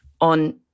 on